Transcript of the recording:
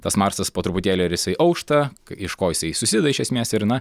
tas marsas po truputėlį ar jisai aušta iš ko jisai susideda iš esmės ir na